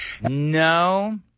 No